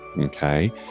okay